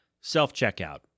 self-checkout